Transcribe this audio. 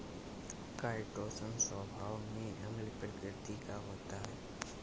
chitosan स्वभाव में अम्ल प्रकृति का होता है